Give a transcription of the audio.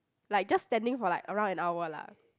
like just standing for like around an hour lah